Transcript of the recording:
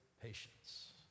patience